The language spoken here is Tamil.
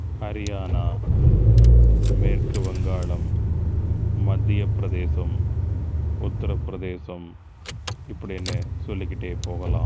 ஹரியானா மேற்கு வங்காளம் மத்திய பிரதேசம் உத்திர பிரதேசம் இப்படினு சொல்லிகிட்டே போகலாம்